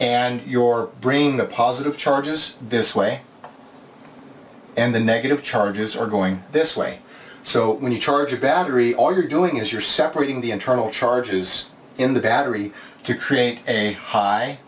and your brain the positive charges this way and the negative charges are going this way so when you charge a battery all you're doing is you're separating the internal charges in the battery to create a high